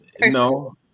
No